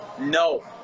No